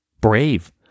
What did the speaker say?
brave